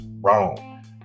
wrong